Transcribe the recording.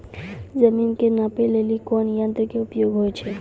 जमीन के नापै लेली कोन यंत्र के उपयोग होय छै?